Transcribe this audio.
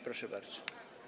Proszę bardzo.